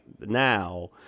now